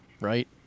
right